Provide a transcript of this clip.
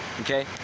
okay